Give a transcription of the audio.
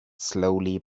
slowly